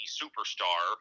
superstar